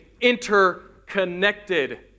interconnected